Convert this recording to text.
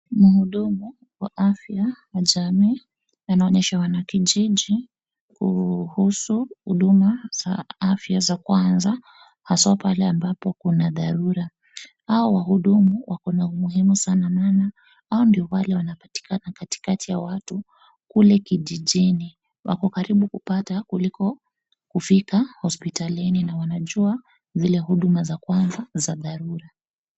Mhudumu wa afya ya jamii anaonyesha wanakijiji kuhusu huduma za afya za kwanza, hasa pale ambapo kuna dharura. Hao wahudumu wako na umuhimu sana maana hao ndio wale wanapatikana katikati ya watu kule kijijini, wako karibu kupata kuliko kufika hospitalini na wanajua vile huduma za kwanza za dharura.